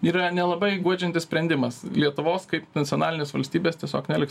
yra nelabai guodžiantis sprendimas lietuvos kaip nacionalinės valstybės tiesiog neliks